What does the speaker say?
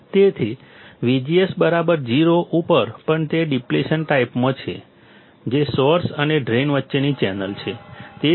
તેથી VGS 0 ઉપર પણ તે ડીપ્લેશન ટાઈપમાં છે જે સોર્સ અને ડ્રેઇન વચ્ચેની ચેનલ છે